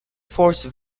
force